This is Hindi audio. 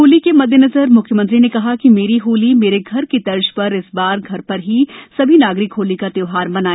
होली के मद्देनजर म्ख्यमंत्री ने कहा कि मेरी होली मेरे घर की तर्ज पर इस बार घर पर ही सभी नागरिक होली का त्योहार मनाएँ